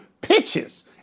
pitches